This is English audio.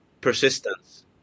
persistence